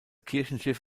kirchenschiff